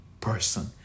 person